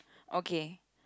okay